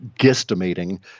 guesstimating